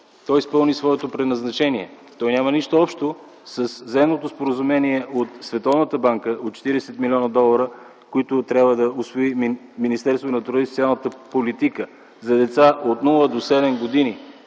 той изпълни своето предназначение. Той няма нищо общо със Заемното споразумение от Световната банка от 40 млн. долара, които трябва да усвои Министерството на труда и социалната политика за деца от 0 до 7 години.